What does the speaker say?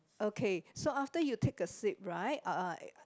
okay so after you take a sip right uh I